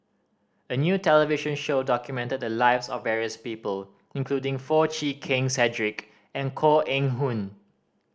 a new television show documented the lives of various people including Foo Chee Keng Cedric and Koh Eng Hoon